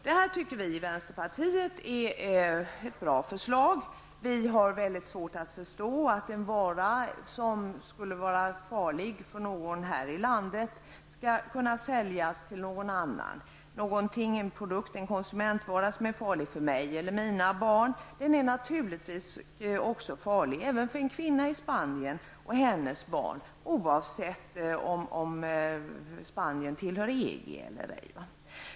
Vi i vänsterpartiet tycker att detta är ett bra förslag. Vi har mycket svårt att förstå att en vara som är farlig för någon här i landet skall kunna säljas till någon annan. En produkt, en konsumentvara, som är farlig för mig eller mina barn är naturligtvis också farlig för en kvinna i Spanien och hennes barn, oavsett om Spanien tillhör EG eller ej.